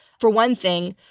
for one thing,